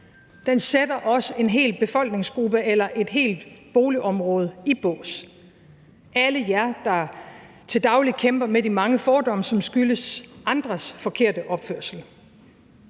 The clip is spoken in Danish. Den sætter også en hel befolkningsgruppe eller et helt boligområde i bås – alle jer, der til daglig kæmper med de mange fordomme, som skyldes andres forkerte opførsel.